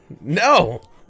No